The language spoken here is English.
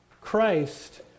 Christ